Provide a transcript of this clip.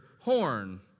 horn